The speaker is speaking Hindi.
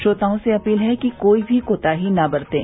श्रोताओं से अपील है कि कोई भी कोताही न बरतें